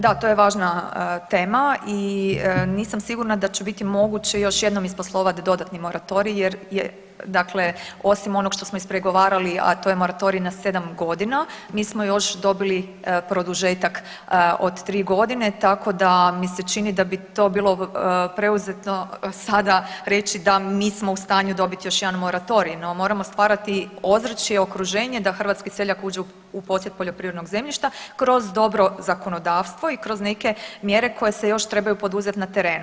Da, to je važna tema i nisam sigurna da će biti moguće još jednom isposlovat dodatni moratorij jer osim onog što smo ispregovarali, a to je moratorij na sedam godina mi smo još dobili produžetak od tri godine tako da mi se čini da bi to bilo preuzetno sada reći da mi smo u stanju dobiti još jedan moratorij, no moramo stvarati ozračje i okruženje da hrvatski seljak uđe u posjed poljoprivrednog zemljišta kroz dobro zakonodavstvo i kroz neke mjere koje se još trebaju poduzet na terenu.